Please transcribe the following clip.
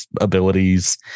abilities